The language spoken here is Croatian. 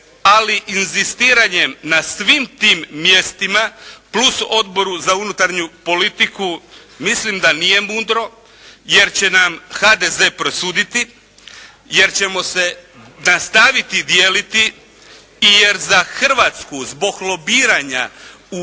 ali inzistiranjem na svim tim mjestima plus Odboru za unutarnju politiku mislim da nije mudro, jer će nam HDZ presuditi, jer ćemo se nastaviti dijeliti i jer za Hrvatsku zbog lobiranja u